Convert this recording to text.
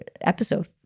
episode